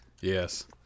Yes